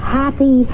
happy